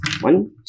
one